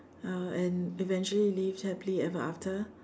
uh and eventually lived happily ever after